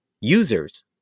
users